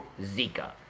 zika